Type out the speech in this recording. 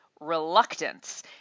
reluctance